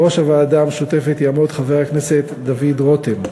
בראש הוועדה המשותפת יעמוד חבר הכנסת דוד רותם.